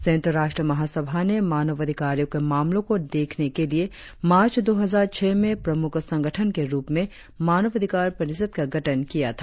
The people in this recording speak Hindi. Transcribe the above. संयुक्त राष्ट्र महासभा ने मानवाधिकारों के मामलो को देखने के लिए मार्च दो हजार छह में प्रमुख संगठन के रुप में मानवाधिकार परिषद का गठन किया था